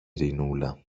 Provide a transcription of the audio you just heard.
ειρηνούλα